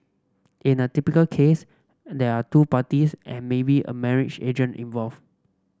in a typical case they are two parties and maybe a marriage agent involved